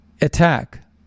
attack